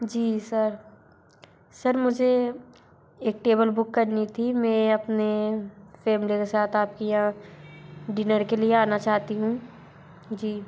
जी sir sir मुझे एक table book करनी थी मैं अपने फेमिली के साथ आप के यहाँ डिनर के लिए आना चाहती हूँ जी